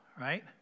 right